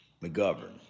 McGovern